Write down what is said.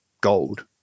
gold